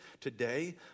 today